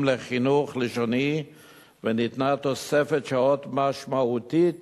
לחינוך לשוני וניתנה תוספת שעות משמעותית